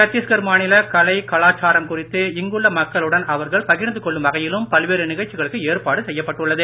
சத்தீஸ்கர் மாநில கலை கலாச்சாரம் குறித்து இங்குள்ள மக்களுடன் அவர்கள் பகிர்ந்து கொள்ளும் வகையிலும் பல்வேறு நிகழ்ச்சிகளுக்கு ஏற்பாடு செய்யப்பட்டுள்ளது